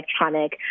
electronic